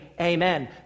amen